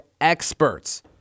experts